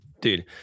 Dude